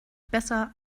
besser